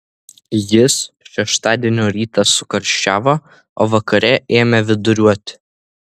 jis šeštadienio rytą sukarščiavo o vakare ėmė viduriuoti